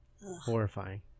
Horrifying